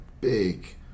big